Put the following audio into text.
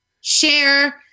share